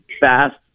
fast